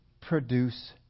produce